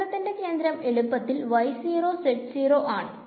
പ്രഥലത്തിന്റെ കേന്ദ്രം എളുപ്പത്തിൽ ആണ്